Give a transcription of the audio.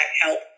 help